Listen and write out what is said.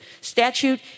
statute